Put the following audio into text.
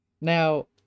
Now